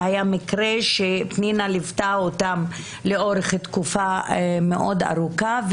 והיה מקרה שפנינה ליוותה לאורך תקופה מאוד ארוכה,